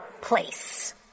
place